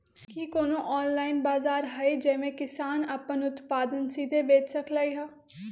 कि कोनो ऑनलाइन बाजार हइ जे में किसान अपन उत्पादन सीधे बेच सकलई ह?